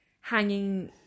hanging